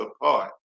apart